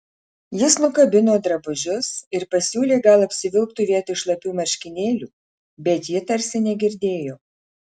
jis nukabino drabužius ir pasiūlė gal apsivilktų vietoj šlapių marškinėlių bet ji tarsi negirdėjo